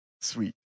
sweet